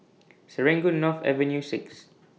Serangoon North Avenue six